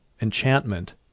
enchantment